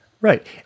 Right